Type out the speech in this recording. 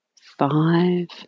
Five